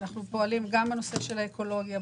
אנחנו פועלים גם בנושא של האקולוגיה,